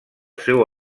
seu